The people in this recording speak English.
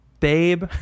Babe